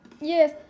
Yes